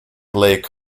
lake